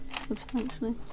substantially